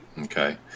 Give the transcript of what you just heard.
Okay